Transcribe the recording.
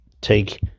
take